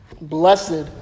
Blessed